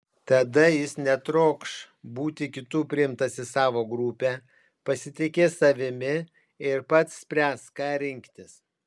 tada jis netrokš būti kitų priimtas į savo grupę pasitikės savimi ir pats spręs ką rinktis